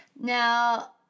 Now